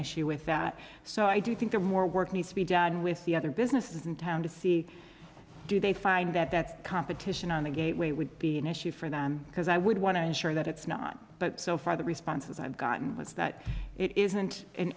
issue with that so i do think there are more work needs to be done with the other businesses in town to see do they find that that competition on the gateway would be an issue for them because i would want to ensure that it's not but so far the responses i've gotten was that it isn't